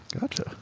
Gotcha